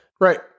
Right